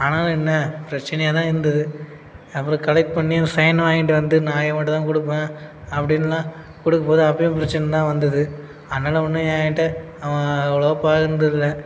ஆனாலும் என்ன பிரச்சினையாதான் இருந்தது அப்புறம் கலெக்ட் பண்ணி அந்த சைனை வாங்கிட்டு வந்து நான் இவன்கிட்ட தான் கொடுப்பேன் அப்படின்லாம் கொடுக்கும்போது அப்போயும் பிரச்சனைதான் வந்தது அதனாலே ஒன்றும் எங்கிட்ட அவன் அவ்வளோவா பழகினதில்ல